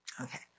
Okay